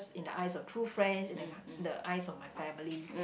in the eyes of true friends in the the eyes of my family